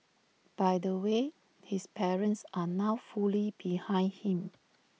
by the way his parents are now fully behind him